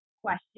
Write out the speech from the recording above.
question